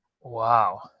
Wow